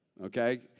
okay